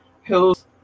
Hills